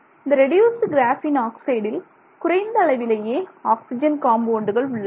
இந்த reduced graphene ஆக்சைடில் குறைந்த அளவிலேயே ஆக்சிஜன் காம்பவுண்டுகள் உள்ளன